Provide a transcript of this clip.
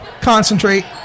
concentrate